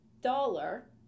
dollar